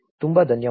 ತುಂಬಾ ಧನ್ಯವಾದಗಳು